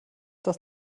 das